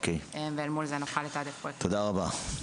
ואל מול זה נוכל לתעדף --- תודה רבה.